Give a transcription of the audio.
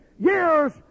years